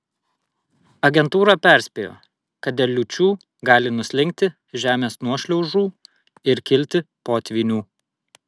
agentūra perspėjo kad dėl liūčių gali nuslinkti žemės nuošliaužų ir kilti potvynių